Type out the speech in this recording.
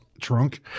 trunk